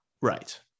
right